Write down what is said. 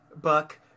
Buck